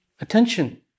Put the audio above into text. attention